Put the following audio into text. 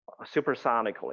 supersonically